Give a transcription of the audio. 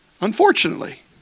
Unfortunately